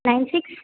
nine six